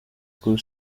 kuri